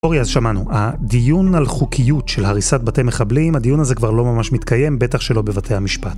אורי, אז שמענו, הדיון על חוקיות של הריסת בתי מחבלים, הדיון הזה כבר לא ממש מתקיים, בטח שלא בבתי המשפט.